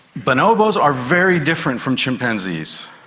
bonobos are very different from chimpanzees,